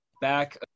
back